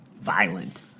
violent